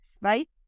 right